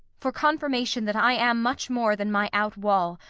for confirmation that i am much more than my out-wall,